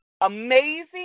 amazing